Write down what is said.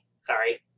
Sorry